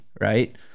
right